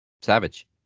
Savage